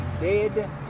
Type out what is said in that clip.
dead